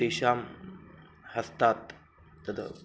तेषां हस्तात् तद्